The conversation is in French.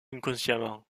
inconsciemment